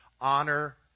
Honor